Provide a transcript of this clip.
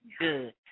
good